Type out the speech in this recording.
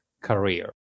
career